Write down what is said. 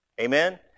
Amen